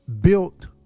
built